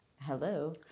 Hello